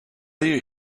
you